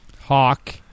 Hawk